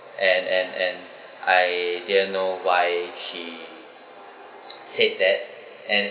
and and and I didn't know why she said that and